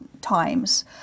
times